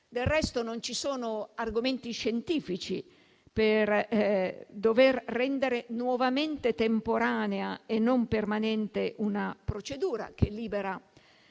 Del resto, non ci sono argomenti scientifici per dover rendere nuovamente temporanea e non permanente una procedura che libera